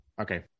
okay